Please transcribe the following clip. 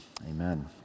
amen